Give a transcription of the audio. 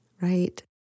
right